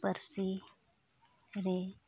ᱯᱟᱹᱨᱥᱤᱨᱮ